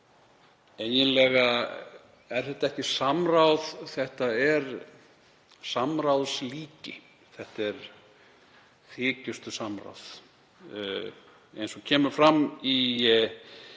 Eiginlega er þetta ekki samráð, þetta er samráðslíki. Þetta er þykjustusamráð eins og kemur fram í